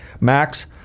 Max